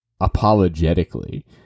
apologetically